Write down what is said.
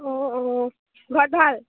অঁ অঁ ঘৰত ভাল